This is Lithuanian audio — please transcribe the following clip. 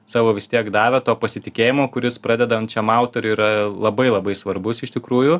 savo vis tiek davė to pasitikėjimo kuris pradedančiam autoriui yra labai labai svarbus iš tikrųjų